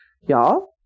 y'all